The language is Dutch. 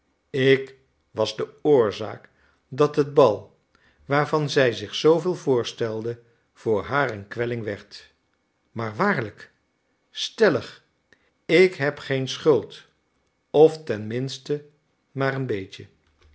ik was de oorzaak dat het bal waarvan zij zich zooveel voorstelde voor haar een kwelling werd maar waarlijk stellig ik heb geen schuld of ten minste maar een beetje